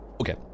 Okay